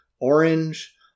Orange